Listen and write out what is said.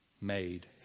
made